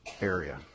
area